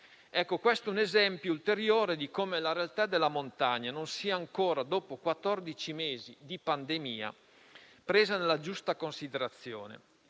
Questo è un esempio ulteriore di come la realtà della montagna non sia ancora, dopo quattordici mesi di pandemia, presa nella giusta considerazione.